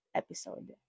episode